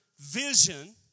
vision